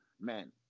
Man